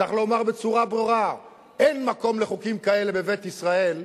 צריך לומר בצורה ברורה: אין מקום לחוקים כאלה בבית ישראל,